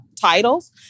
titles